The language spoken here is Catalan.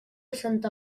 santa